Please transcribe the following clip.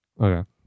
Okay